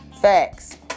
facts